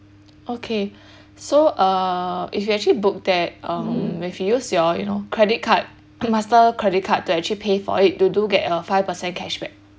okay so uh if you actually book that um if you use your you know credit card master credit card to actually pay for it you do get a five percent cashback